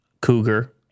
cougar